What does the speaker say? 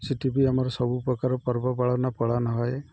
ସେଠି ବି ଆମର ସବୁ ପ୍ରକାର ପର୍ବପାଳନ ପାଳନ ହଏ